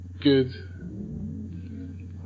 Good